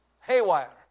haywire